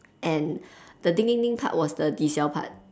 and the ding ding ding part was the ji siao part